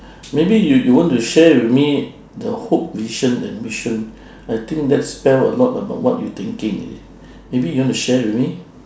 maybe you you want to share with me the hope vision and mission I think that spell a lot about what you thinking you see maybe you want to share with me